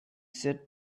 said